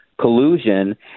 collusion